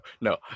no